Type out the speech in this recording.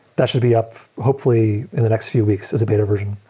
that should be up hopefully in the next few weeks as a beta version.